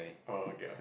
oh okay ah